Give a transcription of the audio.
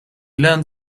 learned